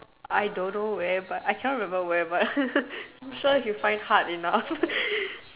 I don't know where but I cannot remember where but I'm sure if you find hard enough